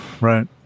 Right